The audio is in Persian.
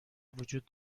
وجود